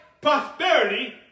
prosperity